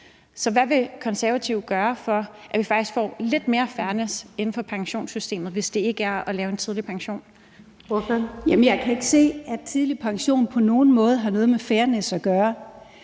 Så hvad vil Konservative gøre for, at vi faktisk får lidt mere fairness inden for pensionssystemet, hvis det ikke er at lave en tidlig pension? Kl. 15:12 Den fg. formand (Birgitte Vind): Ordføreren.